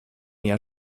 jahr